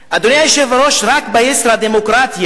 אדוני היושב-ראש, רק ב"ישרא-דמוקרטיה"